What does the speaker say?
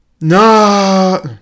No